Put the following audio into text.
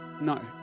No